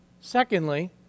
Secondly